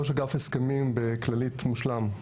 ראש אגף הסכמים בכללית מושלם,